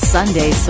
Sunday